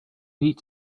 need